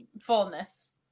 fullness